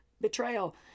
betrayal